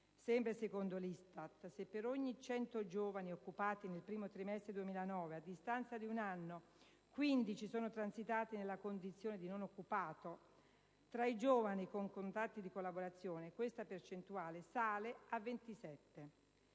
Sempre secondo l'ISTAT, se per ogni 100 giovani occupati nel primo trimestre 2009, a distanza di un anno, 15 sono transitati nella condizione di non occupato, tra i giovani con contratto di collaborazione questa percentuale sale a 27.